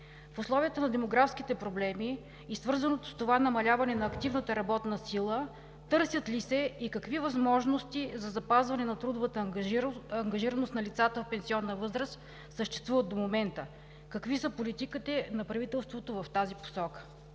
В условията на демографските проблеми и свързаното с това намаляване на активната работна сила търсят ли се и какви възможности за запазване на трудовата ангажираност на лицата в пенсионна възраст? Какви са политиките на правителството в тази посока?